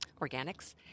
organics